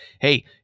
Hey